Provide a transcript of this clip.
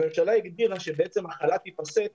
הממשלה הגדירה שבעצם החל"ת ייפסק